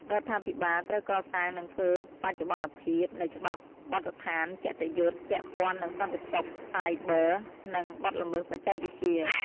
រដ្ឋាភិបាល ត្រូវ កសាង និង ធ្វើបច្ចុប្បន្នភាព នូវ ច្បាប់បទដ្ឋានគតិយុត្ត ពាក់ព័ន្ធនឹង សន្តិសុខសាយប័រ និង បទល្មើសបច្ចេកវិទ្យា។